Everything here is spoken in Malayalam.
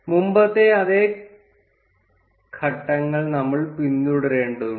മുമ്പത്തെ അതേ ഘട്ടങ്ങൾ നമ്മൾ പിന്തുടരേണ്ടതുണ്ട്